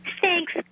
thanks